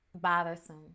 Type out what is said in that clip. bothersome